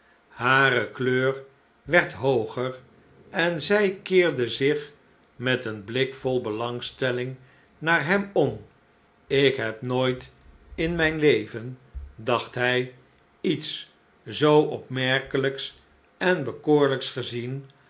hare kleur werd hooger en zij keerde zich met een blik vol belangstelling naar hem om ik heb nooit in mijn leven dacht hij iets zoo opmerkelijks en bekoorlijks gezien